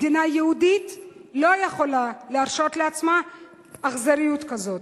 מדינה יהודית לא יכולה להרשות לעצמה אכזריות כזאת,